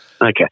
Okay